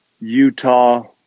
Utah